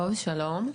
טוב, שלום.